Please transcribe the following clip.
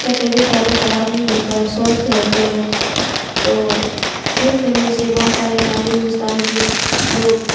کا طبیعت زیادہ خراب نہیں ہوتا ہے سوستھ رہتے ہیں تو کھیل کھیلنے سے بہت ساری ہمارے ہندوستان کے لوگ